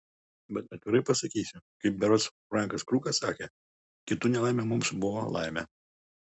bet atvirai pasakysiu kaip berods frankas krukas sakė kitų nelaimė mums buvo laimė